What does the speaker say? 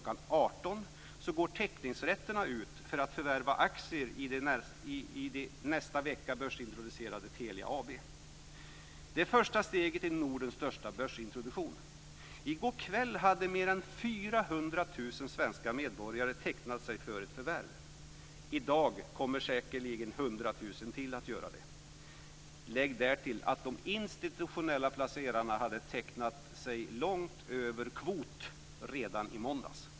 18, går teckningsrätten ut för att förvärva aktier i det nästa vecka börsintroducerade Telia AB. Det är första steget i Nordens största börsintroduktion. I går kväll hade mer än 400 000 svenska medborgare tecknat sig för förvärv. I dag kommer säkerligen 100 000 till att göra det. Lägg därtill att de institutionella placerarna hade tecknat sig långt över kvot redan i måndags.